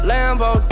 Lambo